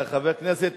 חבר הכנסת